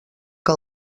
que